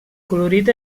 colorit